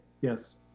Yes